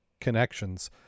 connections